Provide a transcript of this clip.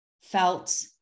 felt